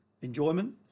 enjoyment